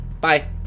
Bye